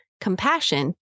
compassion